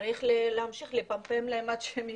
צריך להמשיך לפמפם להם עד שיקלטו.